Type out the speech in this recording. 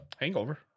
hangover